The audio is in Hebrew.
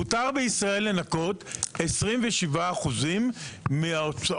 מותר בישראל לנכות 27% מההוצאות,